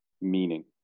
meaning